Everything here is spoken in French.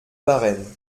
varennes